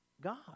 God